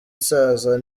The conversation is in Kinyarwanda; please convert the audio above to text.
isaza